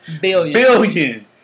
Billion